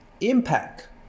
impact